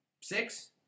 six